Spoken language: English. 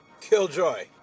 Killjoy